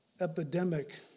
epidemic